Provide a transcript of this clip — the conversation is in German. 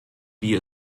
wie